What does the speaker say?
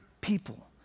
people